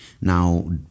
Now